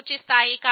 కానీ ఆ fc0